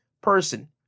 person